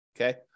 okay